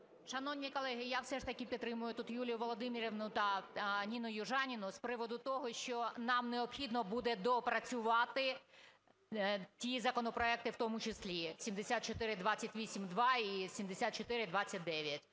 Шановні колеги, я все ж таки підтримую тут Юлію Володимирівну та Ніну Южаніну, з приводу того, що нам необхідно буде доопрацювати ті законопроекти в тому числі 7428-2 і 7429.